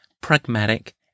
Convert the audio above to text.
pragmatic